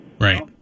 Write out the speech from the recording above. Right